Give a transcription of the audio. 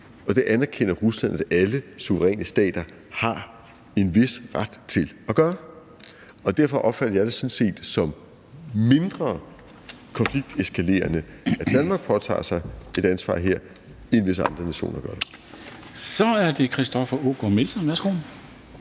og det anerkender Rusland at alle suveræne stater har en vis ret til at gøre. Derfor opfatter jeg det sådan set som mindre konflikteskalerende, at Danmark påtager sig et ansvar her, end hvis andre nationer gør det. Kl. 13:57 Formanden (Henrik